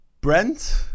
Brent